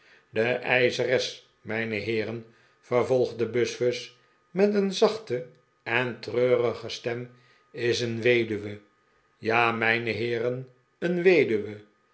de eischeres mijne heeren vervolgde buzfuz met een zachte en treurige stem is een weduwe ja mijne heeren een weduwe